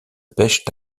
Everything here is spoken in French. pêchent